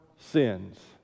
sins